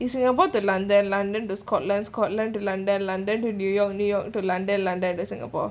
in singapore to london london to scotland scotland to london then london to new york new york to london london then singapore